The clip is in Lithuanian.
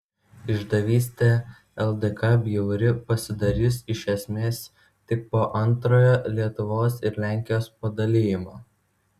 išdavystė ldk bjauri pasidarys iš esmės tik po antrojo lietuvos ir lenkijos padalijimo